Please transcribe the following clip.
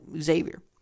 Xavier